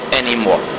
anymore